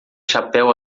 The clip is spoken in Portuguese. chapéu